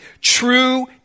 True